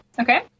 Okay